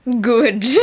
good